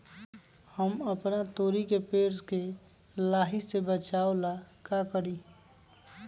हम अपना तोरी के पेड़ के लाही से बचाव ला का करी?